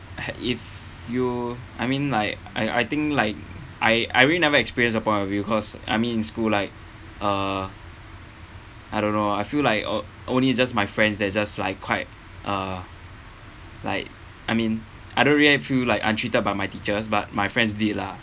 if you I mean like I I think like I I really never experienced a point of view cause I mean in school like uh I don't know I feel like on~ only just my friends that just like quite uh like I mean I don't really feel like I'm treated by my teachers but my friends did lah